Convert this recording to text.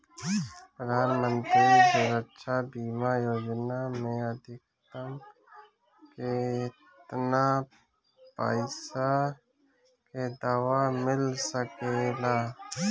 प्रधानमंत्री सुरक्षा बीमा योजना मे अधिक्तम केतना पइसा के दवा मिल सके ला?